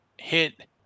hit